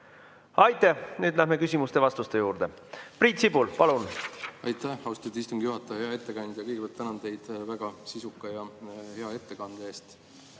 Aitäh! Nüüd läheme küsimuste-vastuste juurde. Priit Sibul, palun! Aitäh, austatud istungi juhataja! Hea ettekandja! Kõigepealt tänan teid väga sisuka ja hea ettekande eest.